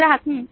ग्राहक हम्म